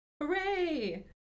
hooray